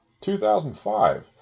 2005